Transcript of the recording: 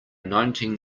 nineteen